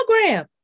program